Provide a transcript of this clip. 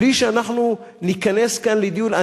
מבלי שאנחנו ניכנס כאן לדיון.